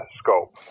scope